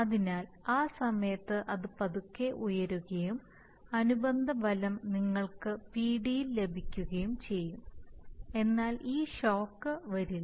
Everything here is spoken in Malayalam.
അതിനാൽ ആ സമയത്ത് അത് പതുക്കെ ഉയരുകയും അനുബന്ധ ഫലം നിങ്ങൾക്ക് പിഡിയിൽ ലഭിക്കുകയും ചെയ്യും എന്നാൽ ഈ ഷോക്ക് വരില്ല